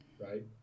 right